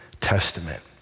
testament